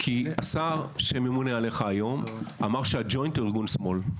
כי השר שממונה עליך היום אמר שהג'וינט הוא ארגון שמאל.